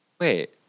Wait